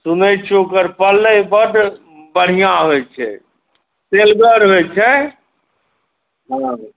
सुनै छी ओकर पलै बड बढ़िऑं होइ छै तेलगर होइ छै हॅं